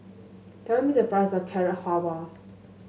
tell me the price of Carrot Halwa